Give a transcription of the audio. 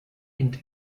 int